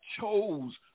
chose